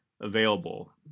available